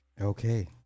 Okay